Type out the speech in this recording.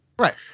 Right